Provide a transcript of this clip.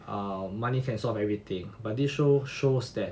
um money can solve everything but this show shows that